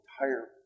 entire